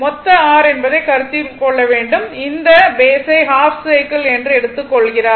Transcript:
மொத்த r என்பதைக் கருத்தில் கொள்ள வேண்டும் அந்த பேஸ் ஐ ஹாஃப் சைக்கிள் என்று எடுத்துக் கொள்கிறார்கள்